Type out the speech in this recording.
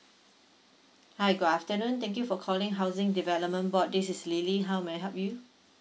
hi good afternoon thank you for calling housing development board this is lily how may I help you